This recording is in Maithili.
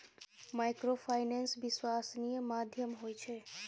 माइक्रोफाइनेंस विश्वासनीय माध्यम होय छै?